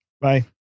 Bye